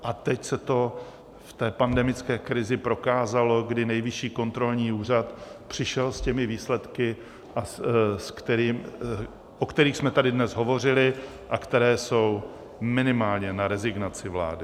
A teď se to v té pandemické krizi prokázalo, kdy Nejvyšší kontrolní úřad přišel s výsledky, o kterých jsme tady dnes hovořili a které jsou minimálně na rezignaci vlády.